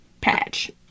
patch